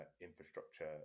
infrastructure